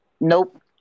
Nope